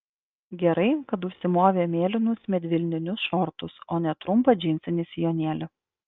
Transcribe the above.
gerai kad užsimovė mėlynus medvilninius šortus o ne trumpą džinsinį sijonėlį